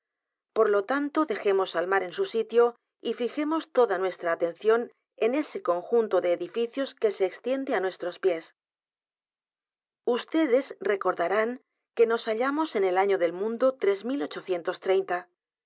por lo tanto dejemos el mar en su sitio y fijemos toda nuestra atención en ese conjunto de edificios que se extiende á nuestros pies ustedes recordarán que nos hallamos en el año del mundo tres mil ochocientos treinta